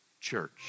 church